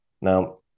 now